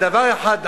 דבר אחד,